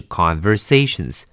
conversations